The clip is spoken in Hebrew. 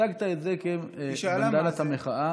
הצגת את זה כבנדנת המחאה,